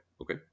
okay